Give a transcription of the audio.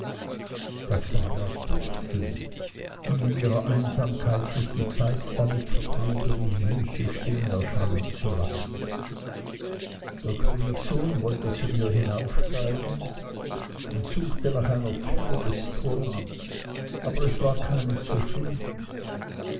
das war rapunzel die in ihrer einsamkeit sich die zeit damit vertrieb ihre süße stimme erschallen zu lassen der königssohn wollte zu ihr hinaufsteigen und suchte nach einer türe des turms aber es war keine zu finden